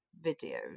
videos